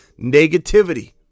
negativity